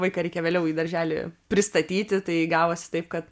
vaiką reikia vėliau į darželį pristatyti tai gavosi taip kad